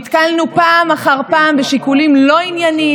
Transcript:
העובדות לא מבלבלות אותך,